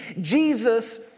Jesus